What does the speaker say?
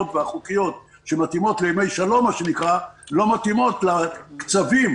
והחוקיות שמתאימות לימי שלום לא מתאימות לקצבים